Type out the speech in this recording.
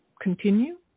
continue